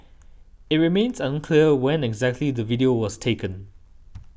it remains unclear when exactly the video was taken